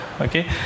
okay